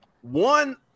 One